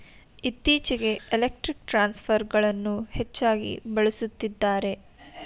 ಇತ್ತೀಚೆಗೆ ಎಲೆಕ್ಟ್ರಿಕ್ ಟ್ರಾನ್ಸ್ಫರ್ಗಳನ್ನು ಹೆಚ್ಚಾಗಿ ಬಳಸುತ್ತಿದ್ದಾರೆ